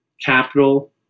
capital